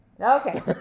Okay